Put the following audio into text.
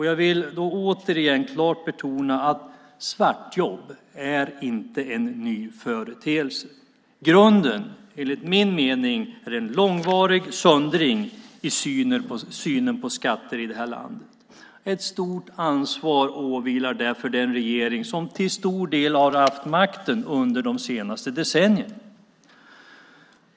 Jag vill återigen klart betona att svartjobb inte är en ny företeelse. Grunden enligt min mening är en långvarig söndring i synen på skatter i detta land. Ett stort ansvar åvilar därför den regering som till stor del har haft makten under de senaste decennierna.